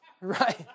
right